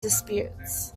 disputes